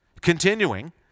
Continuing